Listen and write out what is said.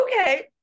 Okay